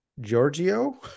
Giorgio